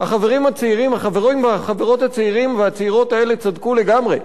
החברים והחברות הצעירים והצעירות האלה צדקו לגמרי,